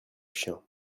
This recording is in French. chien